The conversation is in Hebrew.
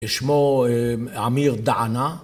שמו עמיר דענה.